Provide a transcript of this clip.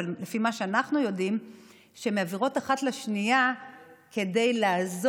אבל לפי מה שאנחנו יודעים הן מעבירות אחת לשנייה כדי לעזור,